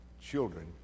children